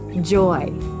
joy